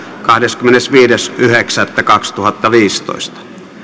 kahdeskymmenesviides yhdeksättä kaksituhattaviisitoista